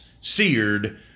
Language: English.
seared